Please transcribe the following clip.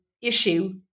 issue